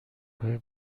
های